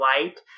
light